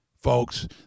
folks